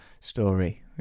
story